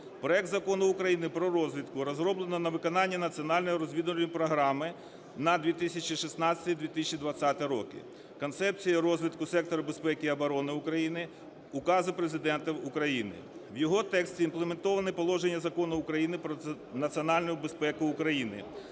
Проект Закону України про розвідку розроблено на виконання Національної розвідувальної програми на 2016-2020 роки, Концепції розвитку сектору безпеки і оборони України, указів Президента України. В його тексті імплементовані положення Закону України "Про національному безпеку України",